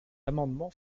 amendement